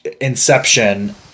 inception